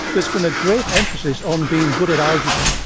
there has been a great emphasis on being good at algebra.